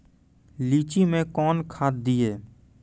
लीची मैं कौन खाद दिए?